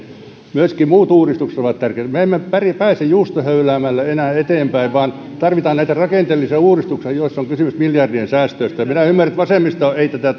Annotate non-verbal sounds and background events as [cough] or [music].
myöskin muut uudistukset ovat tärkeitä me emme pääse juustohöyläämällä enää eteenpäin vaan tarvitaan näitä rakenteellisia uudistuksia joissa on kysymys miljardien säästöistä minä ymmärrän että vasemmisto ei tätä [unintelligible]